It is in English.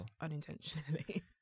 unintentionally